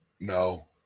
no